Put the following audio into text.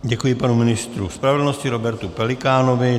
Děkuji panu ministru spravedlnosti Robertu Pelikánovi.